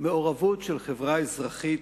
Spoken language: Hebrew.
מעורבות של חברה אזרחית,